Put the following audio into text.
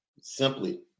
simply